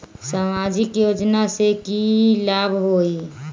सामाजिक योजना से की की लाभ होई?